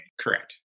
correct